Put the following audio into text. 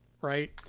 right